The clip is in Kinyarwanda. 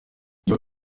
niba